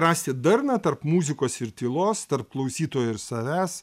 rasti darną tarp muzikos ir tylos tarp klausytojo ir savęs